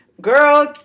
Girl